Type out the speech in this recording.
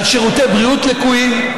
על שירותי בריאות לקויים,